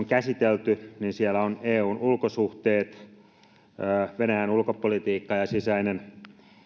käsitelty niin siellä on eun ulkosuhteet venäjän ulkopolitiikka ja sisäinen